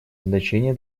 значение